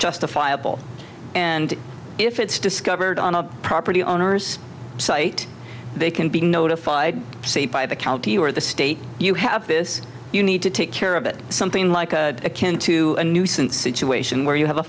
justifiable and if it's discovered on a property owner's site they can be notified by the county or the state you have this you need to take care of it something like akin to a nuisance situation where you have a